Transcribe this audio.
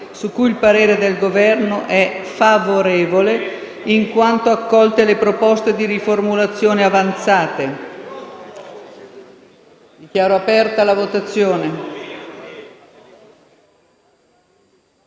su cui il parere del Governo è favorevole, in quanto accolte le proposte di riformulazione avanzate. Invito il senatore